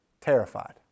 Terrified